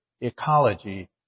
ecology